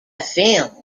film